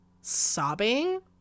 sobbing